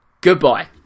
goodbye